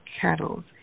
cattle